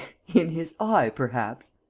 in his eye, perhaps?